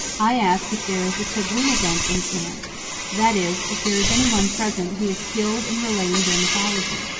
i ask if there is a tugwi'nagunt in camp that is, if there is any one present who is skilled in relating their mythology.